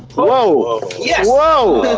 whoa! yes! whoa!